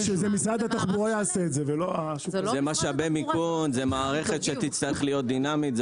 זה משאבי מיכון, מערכת שתצטרך להיות דינמית.